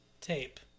tape